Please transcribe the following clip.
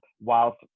whilst